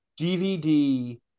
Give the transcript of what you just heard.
DVD